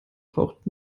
taucht